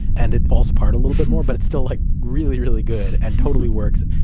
and it falls apart a little bit more, but it's still like really, really good and totally works.